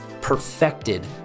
perfected